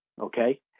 okay